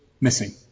missing